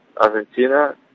Argentina